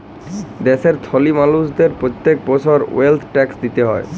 দ্যাশের ধলি মালুসদের প্যত্তেক বসর ওয়েলথ ট্যাক্স দিতে হ্যয়